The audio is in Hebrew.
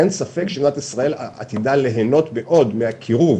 אין ספק שמדינת ישראל עתידה ליהנות מאוד מהקירוב